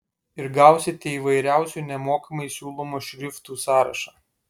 ir gausite įvairiausių nemokamai siūlomų šriftų sąrašą